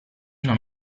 non